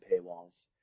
paywalls